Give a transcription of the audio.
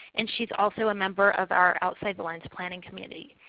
and she is also a member of our outside the lines planning committee.